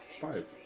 five